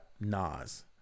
Nas